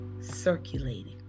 circulating